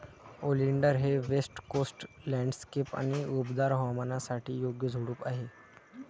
oleander हे west coast landscape आणि उबदार हवामानासाठी योग्य झुडूप आहे